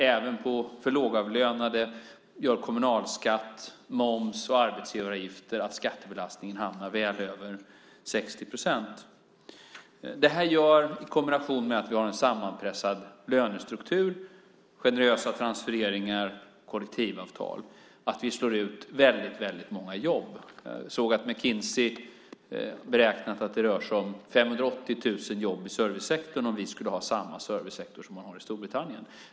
Även för lågavlönade gör kommunalskatt, moms och arbetsgivaravgifter att skattebelastningen hamnar väl över 60 procent. Det här i kombination med att vi har en sammanpressad lönestruktur, generösa transfereringar och kollektivavtal gör att vi slår ut många jobb. Jag såg att McKinsey har beräknat att det rör sig om 580 000 jobb i servicesektorn om vi skulle ha samma servicesektor som man har i Storbritannien.